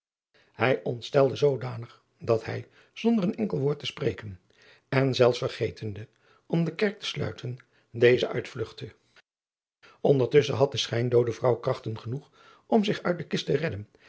aurits ijnslager danig dat hij zonder een enkel woord te spreken en zelfs vergetende om de kerk te sluiten dezelve uitvlugtte ndertusschen had de schijndoode vrouw krachten genoeg om zich uit de kist te redden